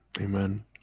Amen